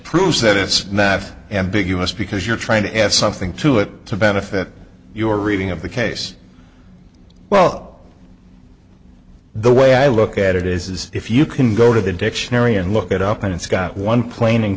proves that it's not ambiguous because you're trying to add something to it to benefit your reading of the case well the way i look at it is if you can go to the dictionary and look it up and it's got one plain and